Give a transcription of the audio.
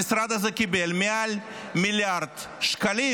המשרד הזה קיבל מעל מיליארד שקלים.